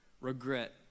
regret